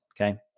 Okay